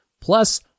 Plus